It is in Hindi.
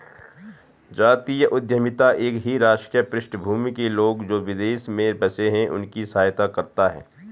जातीय उद्यमिता एक ही राष्ट्रीय पृष्ठभूमि के लोग, जो विदेश में बसे हैं उनकी सहायता करता है